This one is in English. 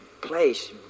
place